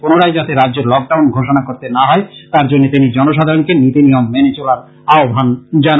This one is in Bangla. পুনরায় যাতে রাজ্যে লকডাউন ঘোষনা করতে না হয় তার জন্য তিনি জনসাধারনকে নীতি নিয়ম মেনে চলার আহ্বান জানান